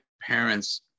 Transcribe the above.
parents